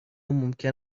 ممکن